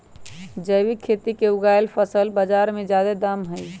जैविक खेती से उगायल फसल के बाजार में जादे दाम हई